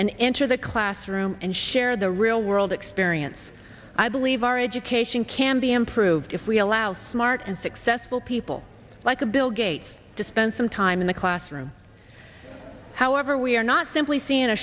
and enter the classroom and share the real world experience i believe our education can be improved if we allow smart and successful people like a bill gates to spend some time in the classroom however we are not simply seeing a